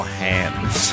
hands